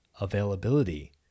availability